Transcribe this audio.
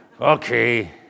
okay